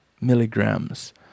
milligrams